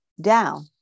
down